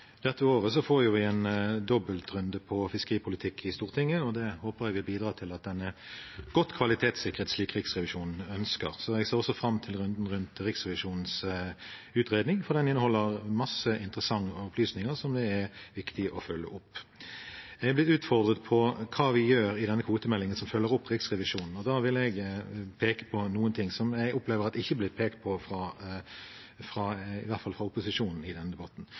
Dette året får vi jo en dobbeltrunde med fiskeripolitikk i Stortinget, og det håper jeg vil bidra til at den er godt kvalitetssikret, slik Riksrevisjonen ønsker. Jeg ser også fram til runden rundt Riksrevisjonens utredning, for den inneholder mange interessante opplysninger som det er viktig å følge opp. Jeg ble utfordret på hva vi gjør rundt denne kvotemeldingen som følger opp Riksrevisjonen. Da vil jeg peke på noe som jeg opplever ikke er blitt pekt på – i hvert fall ikke av opposisjonen – i denne debatten.